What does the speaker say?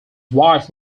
wife